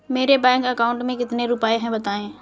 मेरे bank account में कितने रुपए हैं बताएँ?